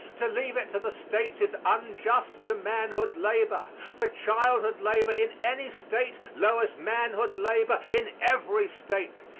to leave it to the states is unjust to manhood labor for childhood labor in any state lowers manhood labor in every state,